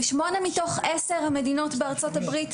ב-8 מתוך 10 המדינות בארצות הברית,